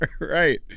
Right